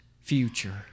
future